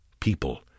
people